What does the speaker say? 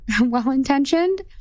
well-intentioned